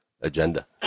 agenda